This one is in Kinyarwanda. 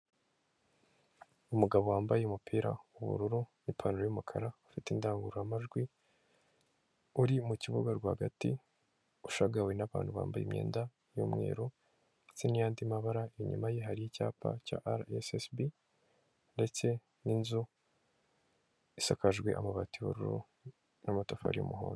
Umugabo wambaye umupira w'ubururu n'ipantaro y'umukara, ufite indangururamajwi, uri mu kibuga rwagati, ushagawe n'abantu bambaye imyenda y'umweru ndetse n'iy'andi mabara, inyuma ye hari icyapa cya arayesesibi, ndetse n'inzu isakajwe amabati y'ubururu n'amatafari y'umuhondo.